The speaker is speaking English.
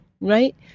right